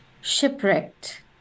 shipwrecked